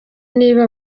niba